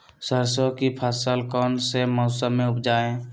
सरसों की फसल कौन से मौसम में उपजाए?